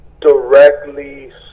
directly